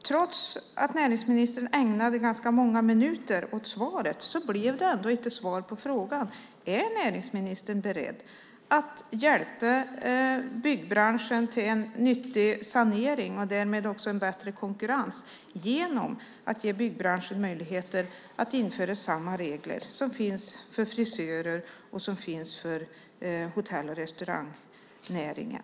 Trots att näringsministern ägnade ganska många minuter åt svaret blev det inte svar på frågan. Är näringsministern beredd att hjälpa byggbranschen till en nyttig sanering och därmed också en bättre konkurrens genom att ge byggbranschen möjligheter att införa samma regler som finns för frisörer och för hotell och restaurangnäringen?